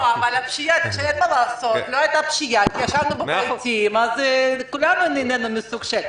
אבל לא הייתה פשיעה כי ישבנו בבתים אז כולנו נהנינו מזה.